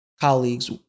colleagues